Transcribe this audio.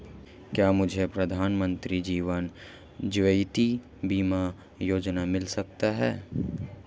क्या मुझे प्रधानमंत्री जीवन ज्योति बीमा योजना मिल सकती है?